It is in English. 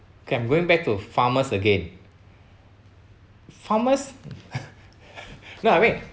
okay I'm going back to farmers again farmers no I mean